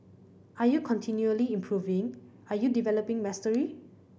are you continually improving are you developing mastery